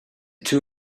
two